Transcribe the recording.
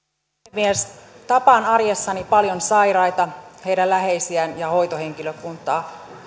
puhemies tapaan arjessani paljon sairaita heidän läheisiään ja hoitohenkilökuntaa